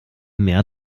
mehr